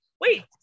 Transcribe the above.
wait